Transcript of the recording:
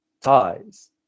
ties